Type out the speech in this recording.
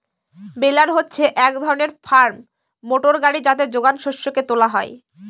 বেলার হচ্ছে এক ধরনের ফার্ম মোটর গাড়ি যাতে যোগান শস্যকে তোলা হয়